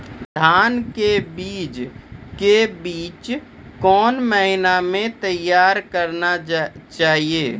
धान के बीज के बीच कौन महीना मैं तैयार करना जाए?